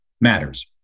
matters